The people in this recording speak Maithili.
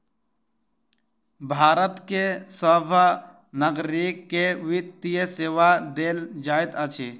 भारत के सभ नागरिक के वित्तीय सेवा देल जाइत अछि